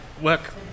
work